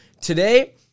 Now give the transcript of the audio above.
Today